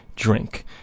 Drink